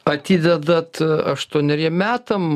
atidedat aštuoneriem metam